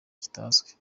kitazwi